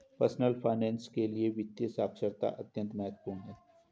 personal finance के लिए वित्तीय साक्षरता अत्यंत महत्वपूर्ण है